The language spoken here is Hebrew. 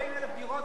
ריקות.